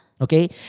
Okay